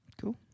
Cool